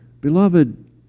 Beloved